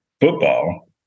football